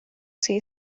say